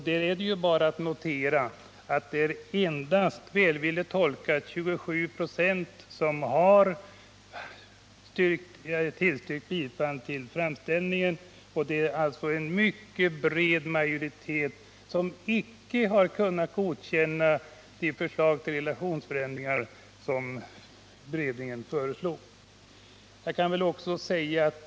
Där är det bara att notera att det endast är, välvilligt tolkat, 27 26 av remissinstanserna som har tillstyrkt bifall till framställningen, och det är alltså en mycket bred majoritet som icke har kunnat godkänna det förslag till relationsförändringar som beredningen framlägger.